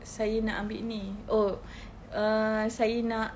saya nak ambil ini oh err saya nak